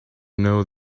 know